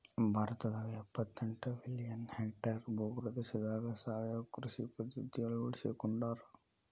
ಭಾರತದಾಗ ಎಪ್ಪತೆಂಟ million hectare ಭೂ ಪ್ರದೇಶದಾಗ ಸಾವಯವ ಕೃಷಿ ಪದ್ಧತಿ ಅಳ್ವಡಿಸಿಕೊಂಡಾರ